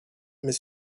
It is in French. met